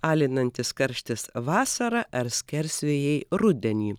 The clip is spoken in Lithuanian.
alinantis karštis vasarą ar skersvėjai rudenį